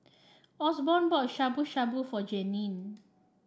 Osborne bought Shabu Shabu for Jeannine